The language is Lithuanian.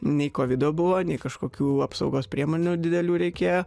nei kovido buvo nei kažkokių apsaugos priemonių didelių reikėjo